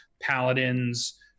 paladins